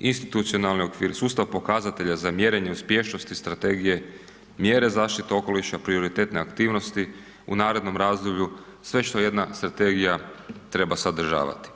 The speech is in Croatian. institucionalni okvir, sustav pokazatelja za mjerenje uspješnosti strategije, mjere zaštite okoliša, prioritetne aktivnosti u narednom razdoblju, sve što jedna strategija treba sadržavati.